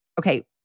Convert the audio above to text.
okay